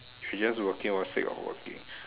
should just working not sick of working